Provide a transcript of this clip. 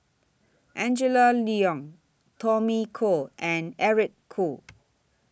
Angela Liong Tommy Koh and Eric Khoo